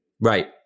Right